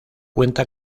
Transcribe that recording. cuenta